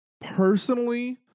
Personally